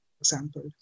example